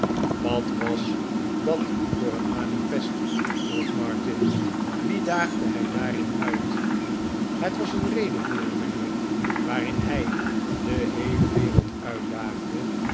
wat was dat voor een manifest vroeg martin wie daagde hij daarin uit het was een redevoering mijnheer waarin hij de heele wereld uitdaagde